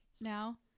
now